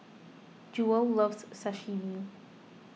Jewell loves Sashimi